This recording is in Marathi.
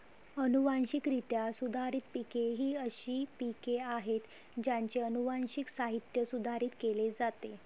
अनुवांशिकरित्या सुधारित पिके ही अशी पिके आहेत ज्यांचे अनुवांशिक साहित्य सुधारित केले जाते